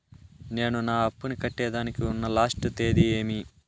నేను నా అప్పుని కట్టేదానికి ఉన్న లాస్ట్ తేది ఏమి?